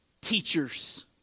teachers